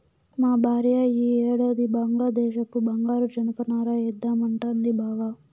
మా భార్య ఈ ఏడాది బంగ్లాదేశపు బంగారు జనపనార ఏద్దామంటాంది బావ